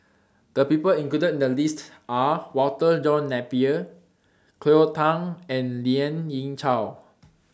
The People included in The list Are Walter John Napier Cleo Thang and Lien Ying Chow